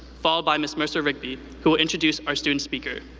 followed by ms. mercer rigby, who will introduce our student speaker.